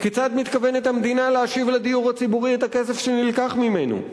כיצד מתכוונת המדינה להשיב לדיור הציבורי את הכסף שנלקח ממנו?